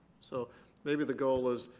so maybe the goal is,